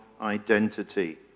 identity